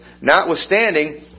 Notwithstanding